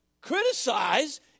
criticize